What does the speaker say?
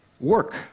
Work